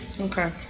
Okay